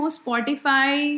spotify